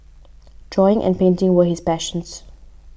drawing and painting were his passions